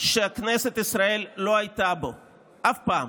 שכנסת ישראל לא הייתה בו אף פעם.